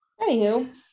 Anywho